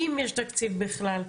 אם יש תקציב בכלל.